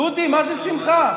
דודי, מה זה שמחה?